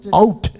out